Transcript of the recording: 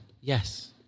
Yes